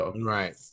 Right